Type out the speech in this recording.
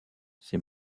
ses